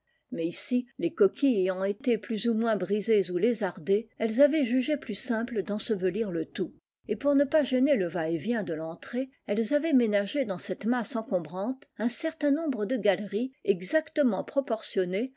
ris ici les coquilles ayant été plus ou moins sées ou lézardées elles avaient jugé plus simple d'ensevelir le tout et pour ne pas gêner le va t vient de l'entrée elles avaient ménagé dans ctte masse encombrante un certain nombre de galeries exactement proportionnées